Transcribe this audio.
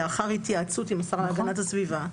לאחר התייעצות עם השרה להגנת הסביבה,